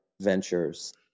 ventures